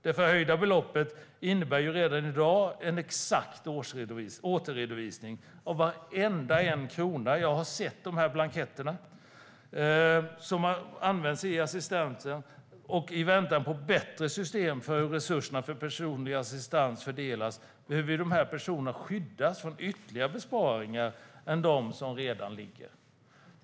Det förhöjda beloppet innebär redan i dag en exakt återredovisning - jag har sett blanketterna - av varenda krona som har använts i assistansen. I väntan på ett bättre system för hur resurserna för personlig assistans fördelas behöver de här personerna skyddas från ytterligare besparingar utöver dem som redan ligger.